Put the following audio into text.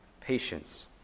patience